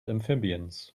amphibians